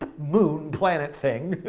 moon, planet thing,